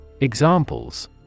Examples